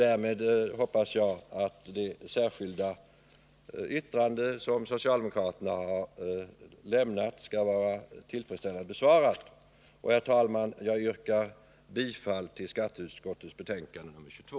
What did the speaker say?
Därmed hoppas jag att det särskilda yttrande som socialdemokraterna lämnat skall vara tillfredsställande besvarat. Herr talman! Jag yrkar bifall till hemställan i skatteutskottets betänkande nr 22.